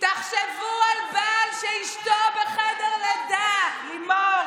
בתי החולים ניסו להגיע לפשרה.